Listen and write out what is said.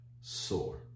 sore